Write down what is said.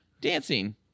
dancing